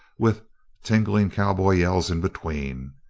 with tingling cowboy yells in between.